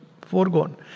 foregone